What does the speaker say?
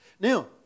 Now